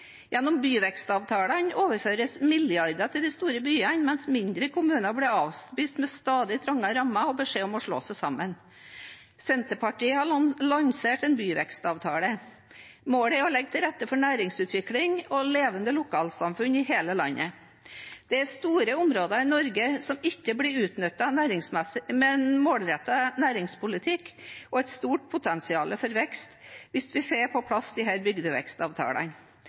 Gjennom byvekstavtalene overføres milliarder til de store byene, mens mindre kommuner blir avspist med stadig trangere rammer og beskjed om å slå seg sammen. Senterpartiet har lansert bygdevekstavtaler. Målet er å legge til rette for næringsutvikling og levende lokalsamfunn i hele landet. Det er store områder i Norge som ikke blir utnyttet, og som med en målrettet næringspolitikk har et stort potensial for vekst hvis vi får